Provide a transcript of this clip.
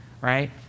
right